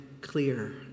clear